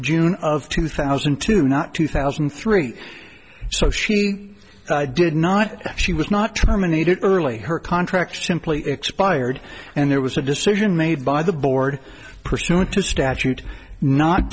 june of two thousand and two not two thousand and three so she did not she was not terminated early her contract simply expired and there was a decision made by the board pursuant to statute not